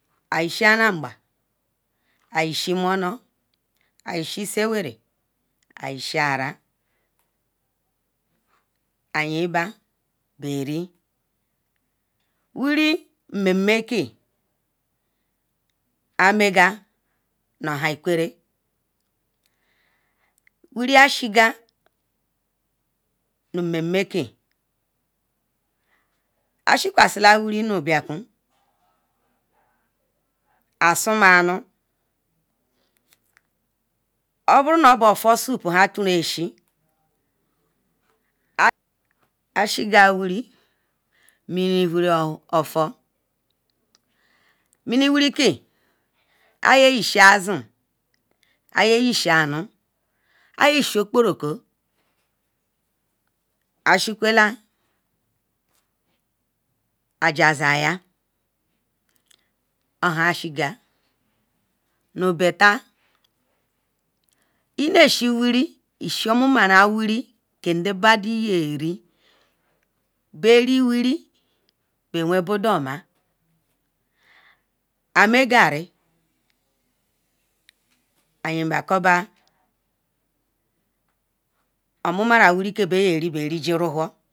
Ayishia na am ban ayishi isawari ighsi aran ayin ba beri wiri name meh ke amega wiri ashigal nu mmeme ke ashi kwashiia wiri nu blakun asumanu oburo nu obo ofor soup are choru esul mini wiri mini wiri ke aye yishal azu n aye ishi onu iya ishi okporoko ajau sayal ohan shigal nu beffer inasui wiri ishi wiri ke nde badun yeti bewen boduomna ame garri ayinbakoba omu ma na wiri kebayeri bariji rowhor